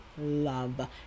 love